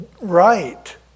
right